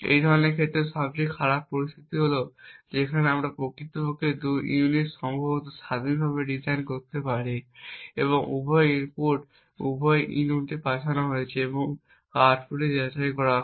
এই ধরনের ক্ষেত্রে সবচেয়ে খারাপ পরিস্থিতি হল যেখানে আমরা প্রকৃতপক্ষে দুটি ইউনিট সম্ভবত স্বাধীনভাবে ডিজাইন করতে পারি এবং উভয় ইনপুট এই উভয় ইউনিটে পাঠানো হয় এবং আউটপুটে যাচাই করা হয়